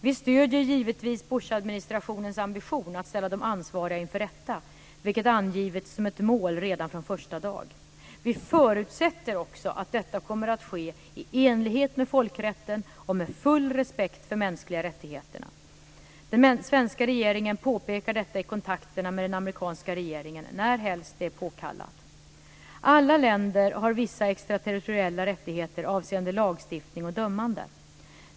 Vi stöder givetvis Bushadministrationens ambition att ställa de ansvariga inför rätta, vilket angivits som ett mål redan från första dag. Vi förutsätter också att detta kommer att ske i enlighet med folkrätten och med full respekt för mänskliga rättigheter. Den svenska regeringen påpekar detta i kontakterna med den amerikanska regeringen, närhelst det är påkallat. Alla länder har vissa extraterritoriella rättigheter avseende lagstiftning och dömande.